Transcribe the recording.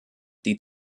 die